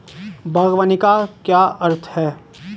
बागवानी का क्या अर्थ है?